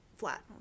flat